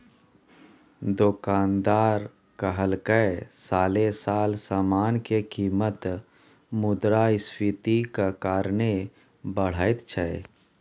दोकानदार कहलकै साले साल समान के कीमत मुद्रास्फीतिक कारणे बढ़ैत छै